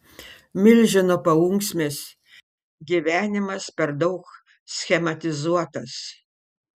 milžino paunksmės gyvenimas per daug schematizuotas